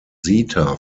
zeta